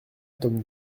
tome